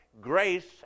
grace